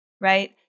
right